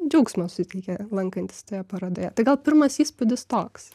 džiaugsmo suteikė lankantis parodoje tai gal pirmas įspūdis toks